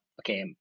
okay